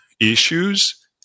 issues